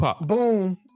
boom